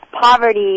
poverty